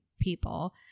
people